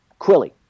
quilly